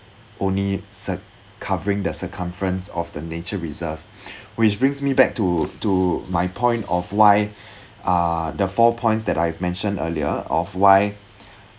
only ci~ covering the circumference of the nature reserve which brings me back to to my point of why uh the four points that I've mentioned earlier of why